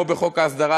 כמו בחוק ההסדרה,